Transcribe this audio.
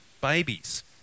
babies